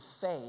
faith